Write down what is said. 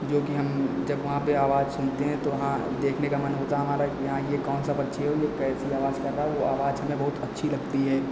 जोकि हम जब वहाँ पर आवाज़ सुनते हैं तो हाँ देखने का मन होता है हमारा कि हाँ यह कौन सा पक्षी है वह कैसी आवाज़ कर रहा है वह आवाज़ हमें बहुत अच्छी लगती है